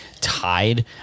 tied